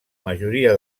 majoria